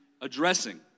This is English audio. addressing